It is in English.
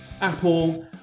Apple